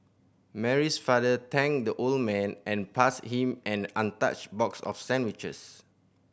Mary's father thanked the old man and passed him an untouched box of sandwiches